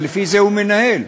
ולפי זה הוא מנהל.